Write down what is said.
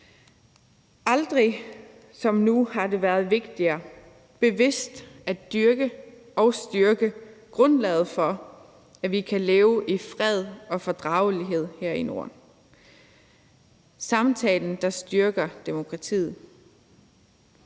Aldrig har det været vigtigere end nu bevidst at dyrke og styrke grundlaget for, at vi kan leve i fred og fordragelighed her i Norden: samtalen, der styrker demokratiet.